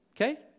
Okay